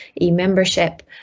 e-membership